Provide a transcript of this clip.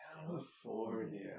California